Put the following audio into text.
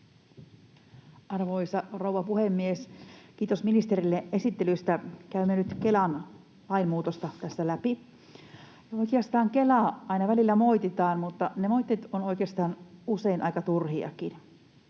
Arvoisa rouva puhemies! Kiitos ministerille esittelystä. Käymme nyt Kelan lainmuutosta tässä läpi. Oikeastaan Kelaa aina välillä moititaan, mutta ne moitteet ovat usein oikeastaan